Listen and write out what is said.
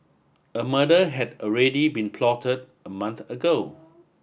a murder had already been plotted a month ago